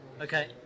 Okay